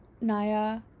naya